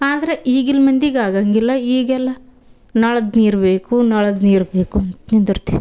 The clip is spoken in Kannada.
ಆದ್ರೆ ಈಗಿನ್ ಮಂದಿಗೆ ಆಗಂಗಿಲ್ಲ ಈಗೆಲ್ಲ ನಳದ ನೀರು ಬೇಕು ನಳದ ನೀರು ಬೇಕು ಅಂತ ನಿಂದ್ರ್ತಿವಿ